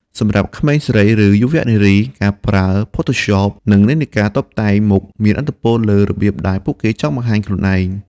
សម្រាប់ក្មេងស្រី ឬ យុវនារី ការប្រើ Photoshop និងនិន្នាការតុបតែងមុខមានឥទ្ធិពលលើរបៀបដែលពួកគេចង់បង្ហាញខ្លួនឯង។